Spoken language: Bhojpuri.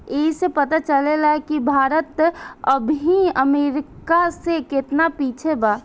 ऐइसे पता चलेला कि भारत अबही अमेरीका से केतना पिछे बा